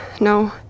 No